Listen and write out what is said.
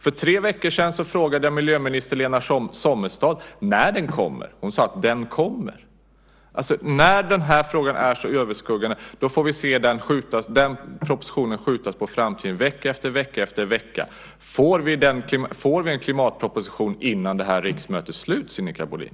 För tre veckor sedan frågade jag miljöminister Lena Sommestad när klimatpropositionen kommer. Hon sade: Den kommer. Trots att den här frågan är så överskuggande får vi se den propositionen skjutas på framtiden vecka efter vecka efter vecka. Får vi alltså en klimatproposition innan det här riksmötet är slut, Sinikka Bohlin?